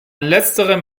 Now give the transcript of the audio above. letzterem